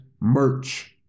merch